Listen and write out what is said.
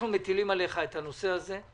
אנחנו מטילים עליך את הנושא הזה.